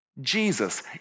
Jesus